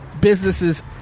businesses